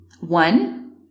one